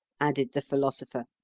added the philosopher.